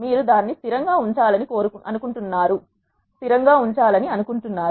మీరు దానిని స్థిరం గా ఉంచుమని అని అనుకుంటున్నారు